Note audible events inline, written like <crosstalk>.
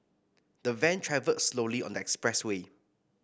the van travelled slowly on the expressway <noise>